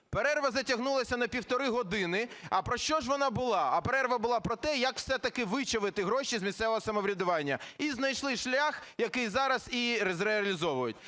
Перерва затягнулась на півтори години. А про що ж вона була? А перерва була про те, як все-таки вичавити гроші з місцевого самоврядування. І знайшли шлях, який зараз і реалізовують.